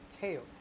tail